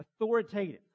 authoritative